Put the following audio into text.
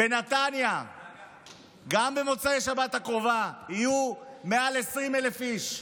בנתניה גם במוצאי שבת הקרובה יהיו מעל 20,000 איש,